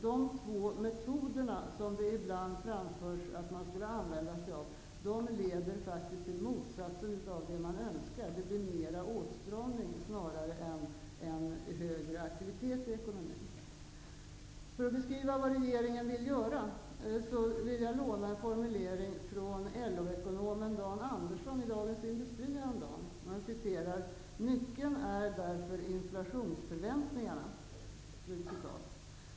De två metoder, som det ibland har föreslagits att man skall använda sig av, leder faktiskt till motsatsen till vad man önskar, nämligen till kraftigare åtstramning snarare än till högre aktivitet i ekonomin. För att beskriva vad regeringen avser att göra vill jag låna en formulering av LO-ekonomen Dan ''Nyckeln är därför inflationsförväntningarna''.